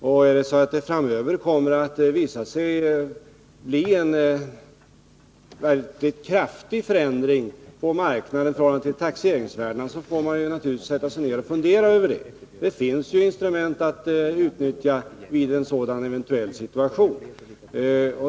Om det framöver kommer att visa sig att det blir en verkligt kraftig prisförändring på fastighetsmarknaden i förhållande till taxeringsvärdena får man naturligtvis fundera över det. Det finns ju instrument att utnyttja vid en sådan eventuell situation.